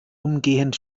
umgehend